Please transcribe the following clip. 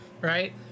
right